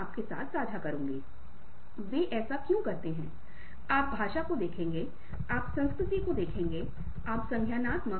और यह ऊर्जा और दृढ़ता के साथ लक्ष्य का पीछा करने की प्रवृत्ति है